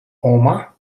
omar